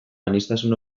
aniztasun